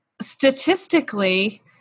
Statistically